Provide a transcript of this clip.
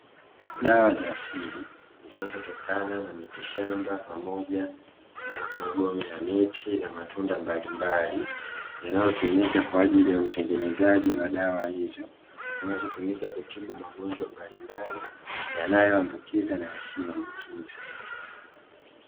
Dawa za asili zinazotokana na mitishamba pamoja na magome ya miti na matunda mbalimbali yanayotumika kwa ajili ya utengenezaji wa dawa hizo zinazotumika kutibu magonjwa mbalimbali, yanayoambukiza na yasiyo ambukiza.